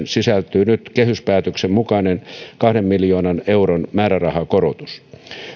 sisältyy nyt kehyspäätöksen mukainen kahden miljoonan euron määrärahakorotus